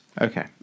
Okay